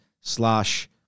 slash